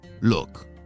Look